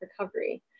recovery